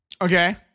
okay